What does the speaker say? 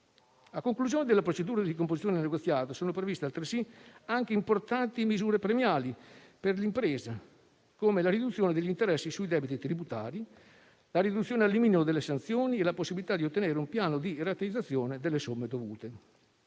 A conclusione della procedura di composizione negoziata sono previste altresì anche importanti misure premiali per l'impresa, come la riduzione degli interessi sui debiti tributari, la riduzione al minimo delle sanzioni e la possibilità di ottenere un piano di rateizzazione delle somme dovute.